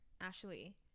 Ashley